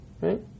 Right